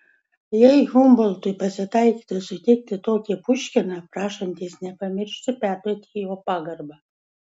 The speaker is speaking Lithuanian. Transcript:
jei humboltui pasitaikytų sutikti tokį puškiną prašantis nepamiršti perduoti jo pagarbą